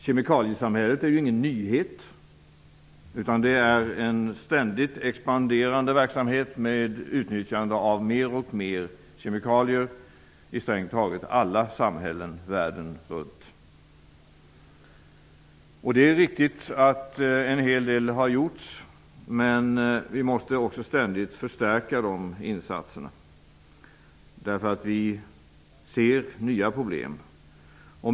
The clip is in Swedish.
Kemikaliesamhället är ingen nyhet. Det är en ständigt expanderande verksamhet med utnyttjande av mer och mer kemikalier i strängt taget alla samhällen världen runt. Det är riktigt att det har gjorts en hel del. Men vi måste också ständigt förstärka de insatserna. Vi ser nya problem.